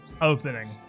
opening